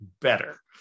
better